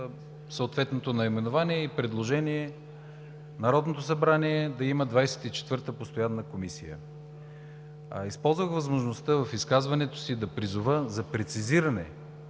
съответното наименование и предложение, Народното събрание да има 24-та постоянна комисия. Използвах възможността в изказването си да призова за прецизиране